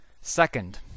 Second